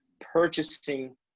purchasing